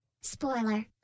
Spoiler